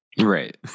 Right